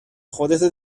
خودتو